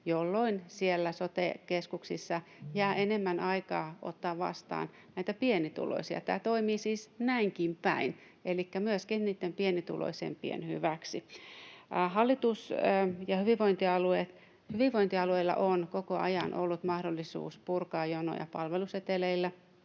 siellä sote-keskuksissa jää enemmän aikaa ottaa vastaan pienituloisia. Tämä toimii siis näinkin päin elikkä myöskin niitten pienituloisempien hyväksi. Hallitus ja hyvinvointialueet — hyvinvointialueilla on koko ajan ollut mahdollisuus purkaa jonoja palveluseteleillä.